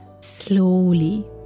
slowly